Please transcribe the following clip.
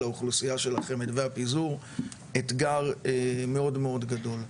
האוכלוסיה של החמ"ד והפיזור אתגר מאוד מאוד גדול.